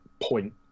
point